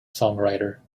songwriter